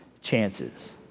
chances